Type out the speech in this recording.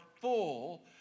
full